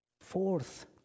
Fourth